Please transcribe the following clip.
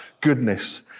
goodness